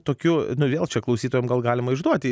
tokių vėl čia klausytojam gal galima išduoti